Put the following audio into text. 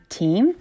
team